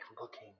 looking